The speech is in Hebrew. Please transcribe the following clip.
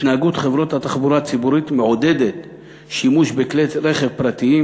התנהגות חברות התחבורה הציבורית מעודדת שימוש בכלי-רכב פרטיים,